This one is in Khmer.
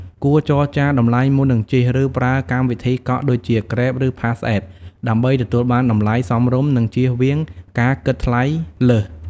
គួរចរចាតម្លៃមុននឹងជិះ ឬប្រើកម្មវិធីកក់ ដូចជា Grab ឬ PassApp ដើម្បីទទួលបានតម្លៃសមរម្យ និងជៀសវាងការគិតថ្លៃលើស។